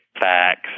facts